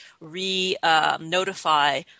re-notify